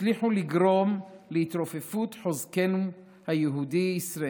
הצליחו לגרום להתרופפות חוזקנו היהודי-ישראלי